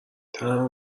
تنها